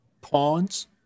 pawns